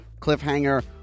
Cliffhanger